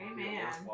Amen